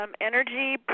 energy